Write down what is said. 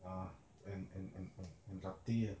ah and and and and and latte eh